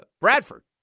Bradford